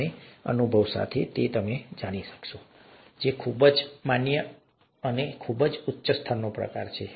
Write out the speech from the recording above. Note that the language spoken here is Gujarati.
અને અનુભવ સાથે તમે જાણો છો કે તે એક ખૂબ જ માન્ય અને ખૂબ જ ઉચ્ચ સ્તરનો પ્રકાર છે